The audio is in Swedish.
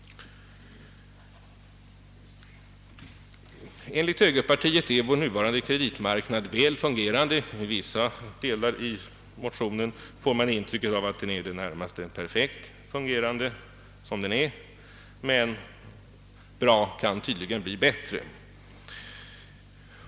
Enligt högerpartiet fungerar vår nuvarande kreditmarknad väl; av vissa delar av motionen får man intrycket att den är i det närmaste perfekt som den är. Men bra kan tydligen bli bättre.